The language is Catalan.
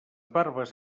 barbes